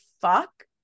fuck